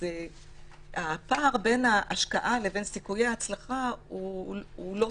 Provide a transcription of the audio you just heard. הפער בין ההשקעה לבין סיכויי ההצלחה לא טוב.